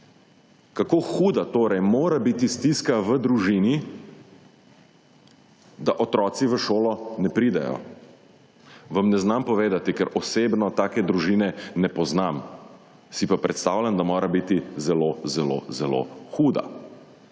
Kako huda torej mora biti stiska v družini, da otroci v šolo ne pridejo? Vam ne znam povedati, ker osebno take družine ne poznam. Si pa predstavljam, da mora biti zelo, zelo, zelo huda.